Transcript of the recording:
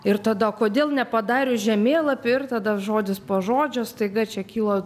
ir tada kodėl nepadarius žemėlapių ir tada žodis po žodžio staiga čia kyla